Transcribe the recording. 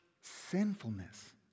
sinfulness